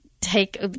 Take